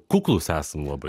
kuklūs esam labai